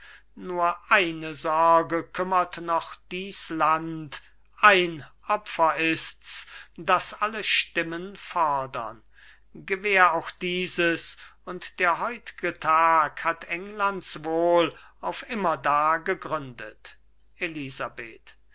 nur eine sorge kümmert noch dies land ein opfer ist's das alle stimmen fordern gewähr auch dieses und der heut'ge tag hat englands wohl auf immerdar gegründet elisabeth